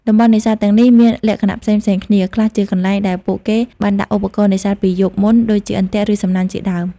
តំបន់នេសាទទាំងនេះមានលក្ខណៈផ្សេងៗគ្នា ខ្លះជាកន្លែងដែលពួកគេបានដាក់ឧបករណ៍នេសាទពីយប់មុន ដូចជាអន្ទាក់ឬសំណាញ់ជាដើម។